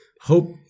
Hope